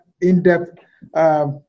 in-depth